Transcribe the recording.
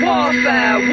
Warfare